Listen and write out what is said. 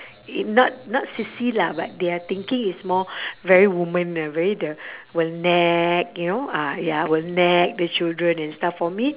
y~ not not sissy lah but their thinking is more very woman ah very the will nag you know ah ya will nag the children and stuff for me